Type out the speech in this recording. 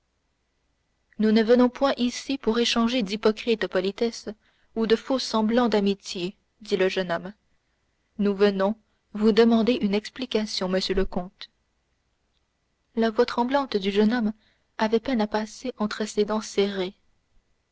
nous ne venons point ici pour échanger d'hypocrites politesses ou de faux semblants d'amitié dit le jeune homme nous venons vous demander une explication monsieur le comte la voix tremblante du jeune homme avait peine à passer entre ses dents serrées